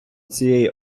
цієї